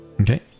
Okay